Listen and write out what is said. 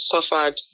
suffered